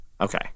Okay